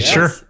Sure